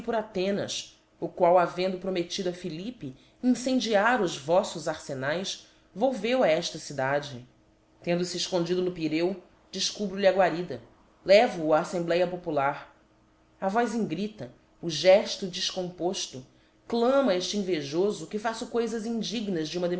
âthenas o qual havendo promettido a philippe incendiar os voffos arfenaes volveu a efta cidade tendo fe efcondido no pireu defcubro lhe a guarida levo o á aítembléa popular a voz em grita o geílo defcompofto clama eíle invejofo que faço coifas indignas de uma